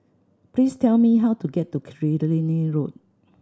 please tell me how to get to Killiney Road